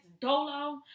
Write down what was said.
dolo